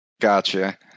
Gotcha